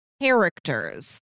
characters